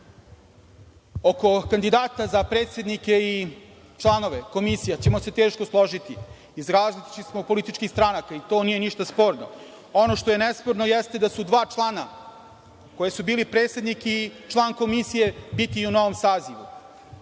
kandidata za predsednike i članove Komisije ćemo se teško složiti, iz različitih smo političkih stranaka, to nije ništa sporno. Ono što je nesporno jeste da će dva člana koji su bili predsednik i član Komisije biti i u novom sazivu. Mislim